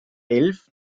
elf